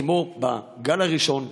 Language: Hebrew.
כמו בגל הראשון,